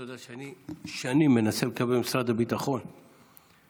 אתה יודע שאני שנים מנסה לקבל ממשרד הביטחון מספרים